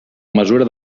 mesura